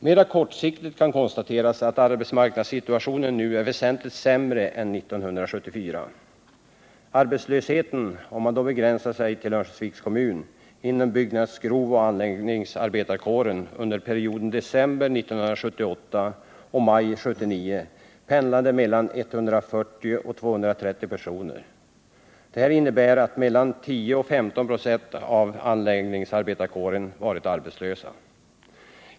Mera kortsiktigt kan konstateras att arbetsmarknadssituationen nu är väsentligt sämre än 1974. Arbetslösheten — om man begränsar sig till Örnsköldsviks kommun — inom byggnadsgrovarbetarkåren och anläggningsarbetarkåren har under perioden december 1978-maj 1979 pendlar mellan 140 och 230 personer. Detta innebär att mellan 10 och 15 96 av anläggningsarbetarkåren varit arbetslösa.